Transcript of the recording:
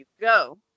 go